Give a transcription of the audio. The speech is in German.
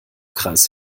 kreis